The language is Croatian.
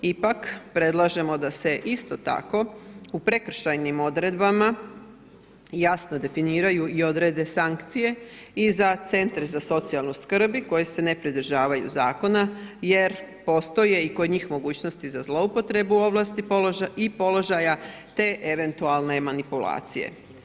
Ipak, predlažemo da se isto tako u prekršajnim odredbama jasno definiraju i odrede sankcije i za centre za socijalnu skrb koji se ne pridržavaju zakona jer postoje i kod njih mogućnosti za zloupotrebu ovlasti i položaja te eventualne manipulacije.